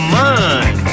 mind